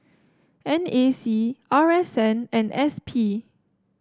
N A C R S N and S P